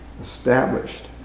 established